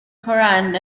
koran